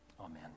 Amen